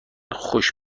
خوش